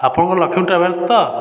ଆପଣଙ୍କ ଲକ୍ଷ୍ମୀ ଟ୍ରାଭେଲ୍ସ ତ